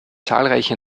zahlreiche